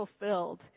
fulfilled